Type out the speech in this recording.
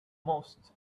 most